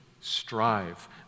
strive